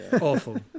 Awful